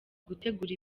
gutegura